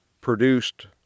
produced